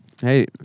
Hey